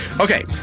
Okay